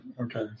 Okay